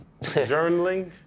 Journaling